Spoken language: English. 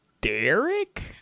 Derek